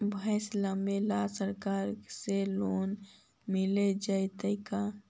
भैंस लेबे ल सरकार से लोन मिल जइतै का?